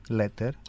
letter